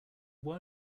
why